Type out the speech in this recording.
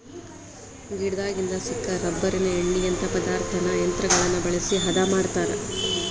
ಗಿಡದಾಗಿಂದ ಸಿಕ್ಕ ರಬ್ಬರಿನ ಎಣ್ಣಿಯಂತಾ ಪದಾರ್ಥಾನ ಯಂತ್ರಗಳನ್ನ ಬಳಸಿ ಹದಾ ಮಾಡತಾರ